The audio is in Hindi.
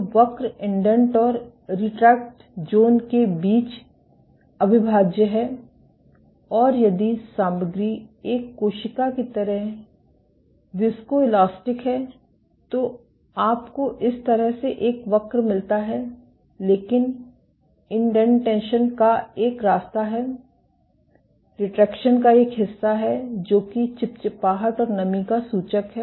तो वक्र इंडेंट और रिट्रेक्ट ज़ोन के बीच अविभाज्य है और यदि सामग्री एक कोशिका की तरह विस्कॉइलास्टिक है तो आपको इस तरह से एक वक्र मिलता है लेकिन इंडेंटेशन का एक रास्ता है और रिट्रैक्शन का एक हिस्सा है जो कि चिपचिपाहट और नमी का सूचक है